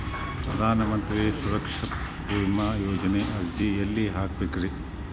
ಪ್ರಧಾನ ಮಂತ್ರಿ ಸುರಕ್ಷಾ ಭೇಮಾ ಯೋಜನೆ ಅರ್ಜಿ ಎಲ್ಲಿ ಹಾಕಬೇಕ್ರಿ?